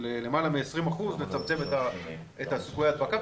למעלה מ-20% לצמצם את סיכוי ההדבקה,